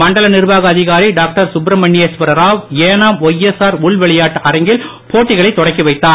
மண்டல நிர்வாக அதிகாரி டாக்டர் சுப்ரமணியேஸ்வர ராவ் ஏனாம் ஒய்எஸ்ஆர் உள்விளையாட்டு அரங்கில் போட்டிகளை தொடக்கி வைத்தார்